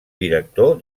director